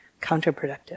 counterproductive